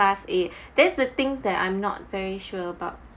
class A that's the things that I'm not very sure about